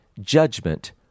judgment